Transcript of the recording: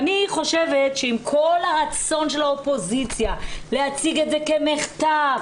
אני חושבת שעם כל הרצון של האופוזיציה להציג את זה כמחטף,